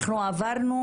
אנחנו עברנו